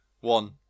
one